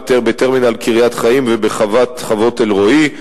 בטרמינל קריית-חיים ובחוות-אלרואי,